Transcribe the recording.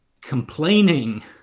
complaining